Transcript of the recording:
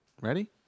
Ready